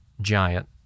giant